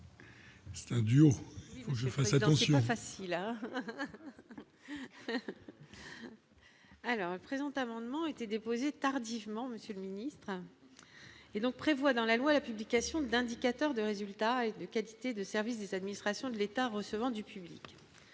Un duo que je fasse attention. Facile à présent amendements ont été déposés tardivement, monsieur le ministre et donc prévoit dans la loi la publication d'indicateurs de résultats et du qualité de service des administrations de l'État recevant du public,